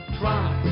try